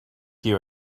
you